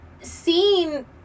seeing